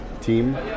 team